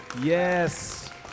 Yes